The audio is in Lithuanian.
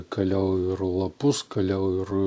kaliau ir lapus kaliau ir